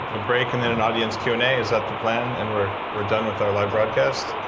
a break and then an audience q and a, is that the plan? and we're we're done with our live broadcast?